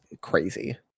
crazy